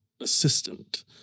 assistant